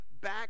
back